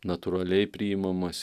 natūraliai priimamas